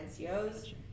NCOs